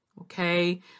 okay